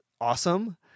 awesome